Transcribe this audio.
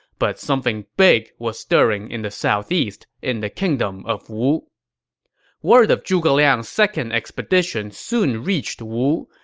but something big was stirring in the southeast, in the kingdom of wu word of zhuge liang's second expedition soon reached wu.